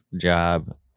job